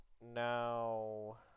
now